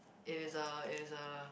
it is a it is a